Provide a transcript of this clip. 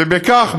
ובכך,